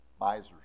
Misers